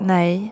Nej